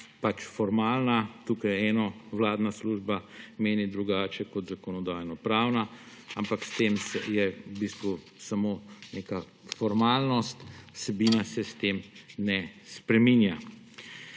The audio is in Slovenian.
službe, tukaj vladna služba meni drugače kot Zakonodajno-pravna, ampak to je v bistvu samo neka formalnost, vsebina se s tem ne spreminja.